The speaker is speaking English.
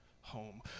home